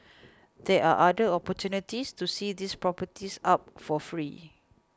there are other opportunities to see these properties up for free